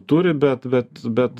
turi bet bet bet